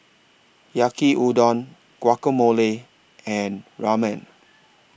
Yaki Udon Guacamole and Ramen